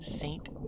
Saint